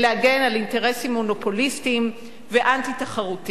על אינטרסים מונופוליסטיים ואנטי-תחרותיים,